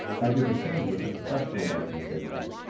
i do the same with a professional organization,